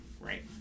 right